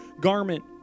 garment